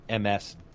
MS